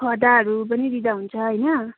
खदाहरू पनि दिँदा हुन्छ होइन